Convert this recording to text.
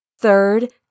third